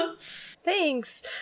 thanks